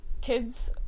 kids